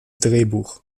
drehbuch